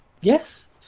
yes